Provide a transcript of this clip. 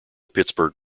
pittsburgh